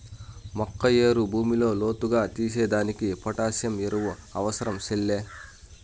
మొక్క ఏరు భూమిలో లోతుగా తీసేదానికి పొటాసియం ఎరువు అవసరం సెల్లే